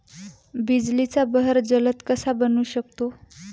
बिजलीचा बहर जलद कसा बनवू शकतो?